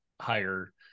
higher